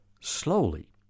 Slowly